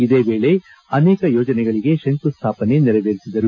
ಇದೇ ವೇಳೆ ಅನೇಕ ಯೋಜನೆಗಳಿಗೆ ಶಂಕುಸ್ವಾಪನೆ ನೆರವೇರಿಸಿದರು